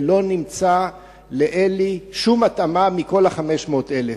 ולאלי לא נמצאה שום התאמה מכל ה-500,000.